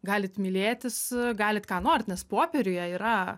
galit mylėtis galit ką norit nes popieriuje yra